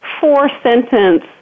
four-sentence